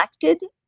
elected